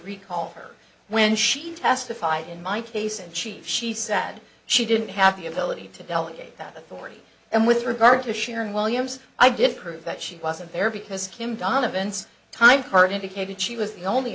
recall her when she testified in my case in chief she said she didn't have the ability to delegate that authority and with regard to sharon williams i defer that she wasn't there because kim donovan's tykerb indicated she was the only